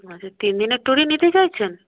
আচ্ছা তিন দিনের ট্যুরই নিতে চাইছেন